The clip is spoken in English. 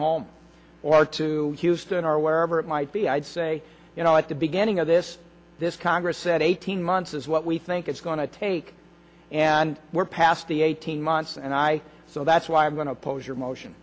home or to houston or wherever it might be i'd say you know at the beginning of this this congress said eighteen months is what we think it's going to take and we're past the eighteen months and i so that's why i'm going to oppose your motion